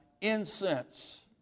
incense